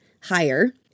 higher